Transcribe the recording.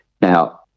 Now